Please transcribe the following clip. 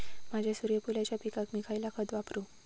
माझ्या सूर्यफुलाच्या पिकाक मी खयला खत वापरू?